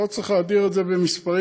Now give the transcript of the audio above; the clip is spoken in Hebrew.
לא צריך להאדיר את זה במספרים,